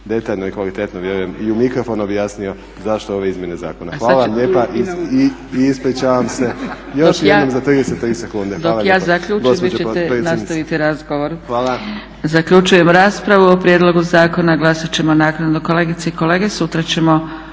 detaljno i kvalitetno vjerujem i u mikrofon objasnio zašto ove izmjene zakona. Hvala vam lijepa i ispričavam se još jednom za 33 sekunde. Hvala lijepa. **Zgrebec, Dragica (SDP)** Dok ja zaključim vi ćete nastaviti razgovor. Zaključujem raspravu. O prijedlogu zakona glasat ćemo naknadno. Kolegice i kolege, sutra ćemo